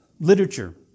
literature